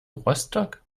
rostock